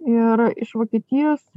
ir iš vokietijos